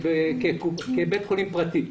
כבית חולים פרטי.